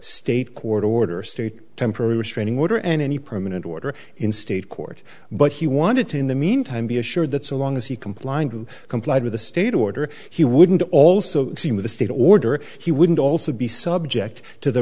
state court order state temporary restraining order and any permanent order in state court but he wanted to in the meantime be assured that so long as he complying to comply with the state order he wouldn't also seen with a state order he wouldn't also be subject to the